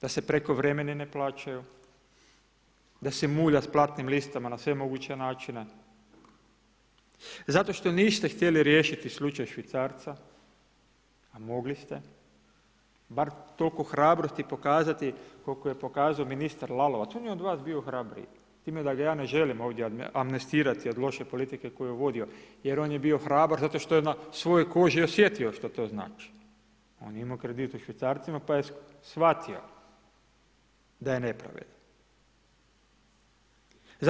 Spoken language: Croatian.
Da se prekovremeni ne plaćaju, da se mulja s platnim listama na sve moguće načine zato što niste htjeli riješiti slučaj Švicarca, a mogli ste, bar toliko hrabrosti pokazati koliko je pokazao ministar Lalovac, on je od vas bio hrabriji, s time da ga ja ne želim ovdje amnestirati od loše politike koju je vodio jer on je bio hrabar zato što je na svojoj koži osjetio što to znači, on je imao kredite u Švicarcima pa je shvatio da je nepravda.